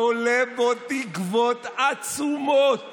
תולה בו תקוות עצומות